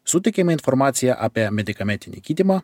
suteikiama informacija apie medikamentinį gydymą